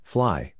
Fly